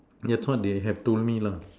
that's what they have told me lah